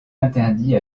interdit